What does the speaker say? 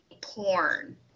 porn